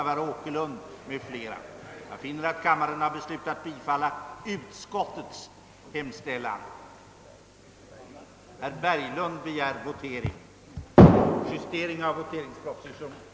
b) åtgärder för att förbättra de mindre företagens självfinansiering, c) olika åtgärder för att underlätta nyetablering av företag, e) åtgärder för att förmedla den tekniska forskningens rön till mindre företag,